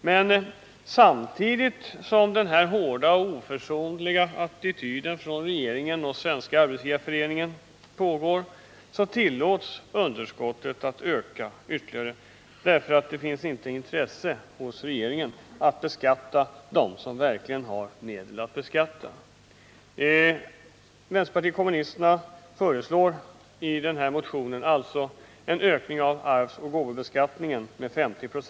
Men samtidigt som denna hårda och oförsonliga attityd från regeringen och SAF pågår tillåts underskottet öka ytterligare, därför att det inte finns intresse hos regeringen att beskatta dem som verkligen har medel att beskatta. Vpk föreslår i den här motionen alltså en ökning av arvsoch gåvobeskattningen med 50 96.